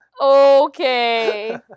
Okay